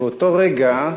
ובאותו רגע,